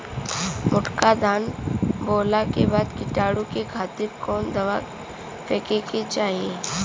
मोटका धान बोवला के बाद कीटाणु के खातिर कवन दावा फेके के चाही?